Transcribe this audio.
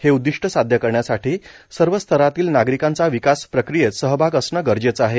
हे उद्दिष्ट साध्य करण्यासाठी सर्व स्तरातील नागरिकांचा विकास प्रक्रियेत सहभाग असणे गरजेचं आहे